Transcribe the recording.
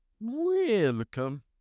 welcome